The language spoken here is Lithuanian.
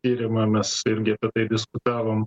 tyrimą mes irgi apie tai diskutavom